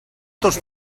tots